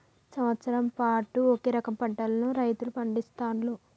సంవత్సరం పాటు ఒకే రకం పంటలను రైతులు పండిస్తాండ్లు